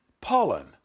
pollen